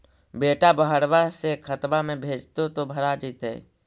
बेटा बहरबा से खतबा में भेजते तो भरा जैतय?